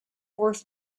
fourth